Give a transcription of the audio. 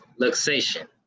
luxation